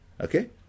okay